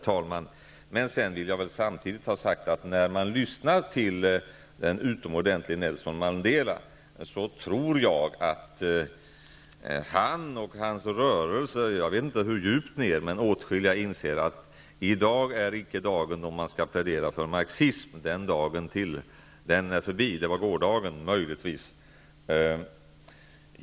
Samtidigt vill jag ha sagt att när jag lyssnar till den utomordentlige Nelson Mandela, tror jag att han och hans rörelse -- jag vet inte hur djupt ner, men åtskilliga inom ANC -- inser att i dag är icke dagen då man skall plädera för marxism. Den dagen är förbi. Det var gårdagen, möjligtvis.